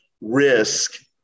risk